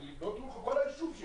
כל היישוב שלי